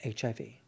HIV